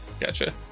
Gotcha